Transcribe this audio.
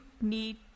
need